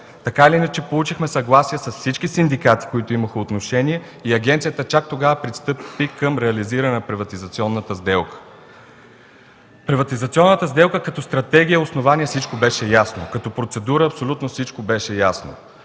работа. Получихме съгласие от всички синдикати, които имаха отношение, и агенцията чак тогава пристъпи към реализиране на приватизационната сделка. Приватизационната сделка като стратегия и основание беше ясна. Като процедура абсолютно всичко беше ясно.